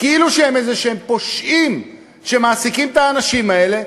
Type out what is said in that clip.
כאילו הם פושעים כלשהם שמעסיקים את האנשים האלה,